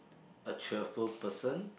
a cheerful person